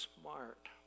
smart